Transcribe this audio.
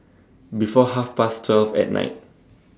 before Half Past twelve At Night